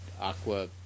Aqua